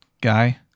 guy